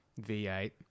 V8